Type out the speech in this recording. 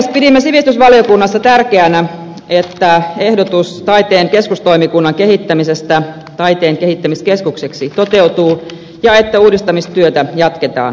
pidimme sivistysvaliokunnassa tärkeänä että ehdotus taiteen keskustoimikunnan kehittämisestä taiteen kehittämiskeskukseksi toteutuu ja että uudistamistyötä jatketaan